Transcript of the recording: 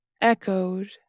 echoed